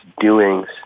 doings